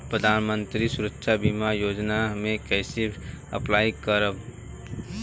प्रधानमंत्री सुरक्षा बीमा योजना मे कैसे अप्लाई करेम?